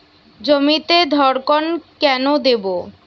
জমিতে ধড়কন কেন দেবো?